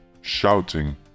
shouting